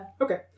Okay